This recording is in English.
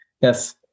Yes